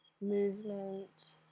movement